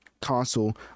console